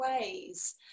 ways